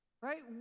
right